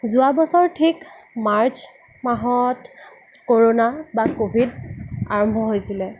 যোৱা বছৰ ঠিক মাৰ্চ মাহত ক'ৰ'না বা ক'ভিড আৰম্ভ হৈছিলে